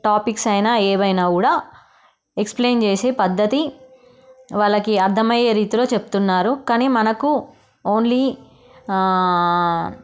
topics అయినా ఏవైనా కూడా ఎక్స్ప్లెయిన్ చేసే పద్ధతి వాళ్ళకి అర్థమయ్యే రీతిలో చెప్తున్నారు కానీ మనకు ఓన్లీ